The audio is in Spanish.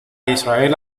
israel